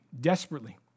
desperately